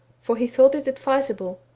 for he thought it advisable,